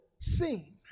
seen